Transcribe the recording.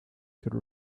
could